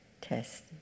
test